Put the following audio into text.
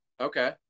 Okay